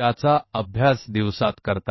जा सकता है